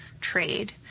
trade